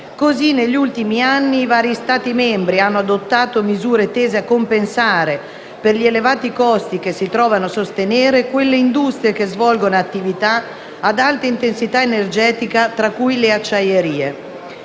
Così negli ultimi anni i vari Stati membri hanno adottato misure tese a compensare, per gli elevati costi che si trovano a sostenere, quelle industrie che svolgono attività ad alta intensità energetica, tra cui le acciaierie.